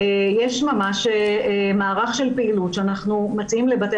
יש ממש מערך של פעילות שאנחנו מציעים לבתי